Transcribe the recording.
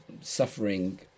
suffering